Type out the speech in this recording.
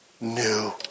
new